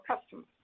customers